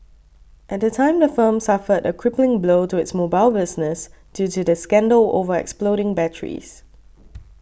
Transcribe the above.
at the time the firm suffered a crippling blow to its mobile business due to the scandal over exploding batteries